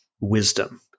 wisdom